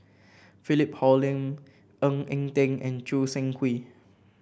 Philip Hoalim Ng Eng Teng and Choo Seng Quee